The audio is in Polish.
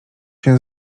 się